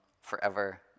forever